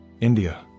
India